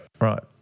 Right